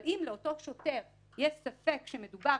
אבל אם לאותו שוטר יש ספק שמדובר